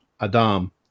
adam